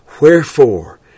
Wherefore